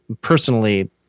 personally